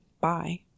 Bye